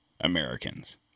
Americans